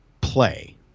play